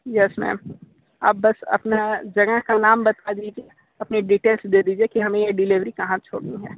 yes ma'am आप बस अपना जगह का नाम बता दीजिए अपनी डिटेल्स दे दीजिए कि हमे यह डिलीवरी कहाँ छोड़नी हैं